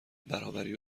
برابری